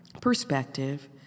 perspective